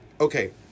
okay